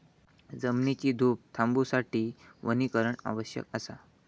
जमिनीची धूप थांबवूसाठी वनीकरण आवश्यक असा